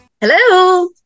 Hello